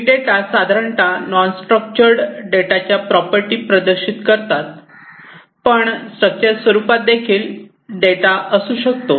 big data साधारणतः non structured डेटाच्या property प्रदर्शित करतात पण स्ट्रक्चर्ड स्वरूपात सुद्धा डेटा असू शकतो